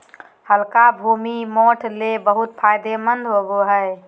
हल्का भूमि, मोठ ले बहुत फायदेमंद होवो हय